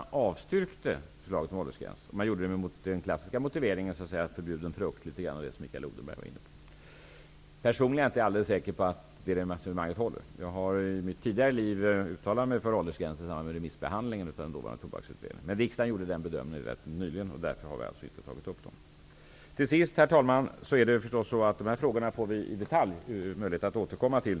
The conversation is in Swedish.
Dessa avstyrkte förslaget om åldersgränser. Det gjorde man med den klassiska motiveringen om ''förbjuden frukt'' och litet av det som Mikael Odenberg var inne på. Personligen är jag inte alldeles säker på att det resonemanget håller. Jag har tidigare uttalat mig för åldersgränser i samband med remissbehandlingen av den dåvarande tobaksutredningen. Riksdagen gjorde sin bedömning rätt nyligen, och därför har vi inte tagit upp de frågorna. Herr talman! De här frågorna får vi senare möjlighet att i detalj återkomma till.